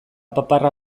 paparra